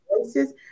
voices